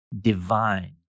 divine